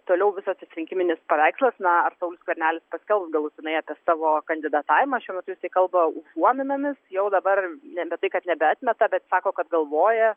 toliau visas tas rinkiminis paveikslas na ar saulius skvernelis paskelbs galutinai apie savo kandidatavimą šiuo metu jisai kalba užuominomis jau dabar nebe tai kad nebeatmeta bet sako kad galvoja